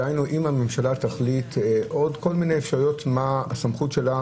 דהיינו אם הממשלה תחליט עוד כל מיני אפשרויות מה הסמכות שלה